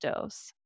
dose